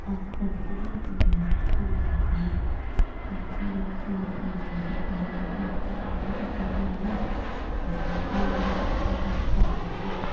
अस पढ़दे हे ते मम्मी साढ़ी सूट सींदी ही ते फिर सूट सी सी ते उ'नें बेचारे घर आह्ला बी खर्चा चलाया ते फिर ओह्दे बाद च अस पढ़े बी ऐ